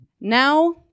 Now